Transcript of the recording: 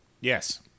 Yes